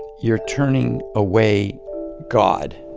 you're turning away god.